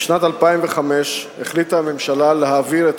בשנת 2005 החליטה הממשלה להעביר את